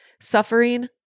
Suffering